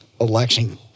Election